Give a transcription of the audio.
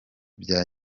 bya